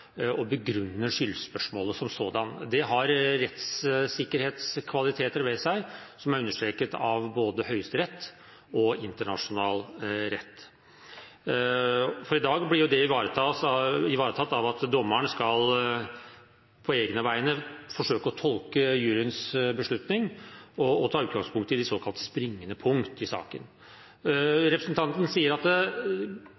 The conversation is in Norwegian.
som sådant. Det har rettssikkerhetskvaliteter ved seg, som er understreket av både Høyesterett og internasjonal rett. I dag blir det ivaretatt av at dommeren på egne vegne skal forsøke å tolke juryens beslutning og ta utgangspunkt i de såkalt springende punkt i